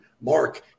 Mark